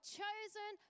chosen